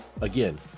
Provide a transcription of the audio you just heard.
Again